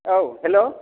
औ हेलौ